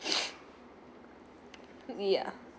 yeah